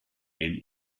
and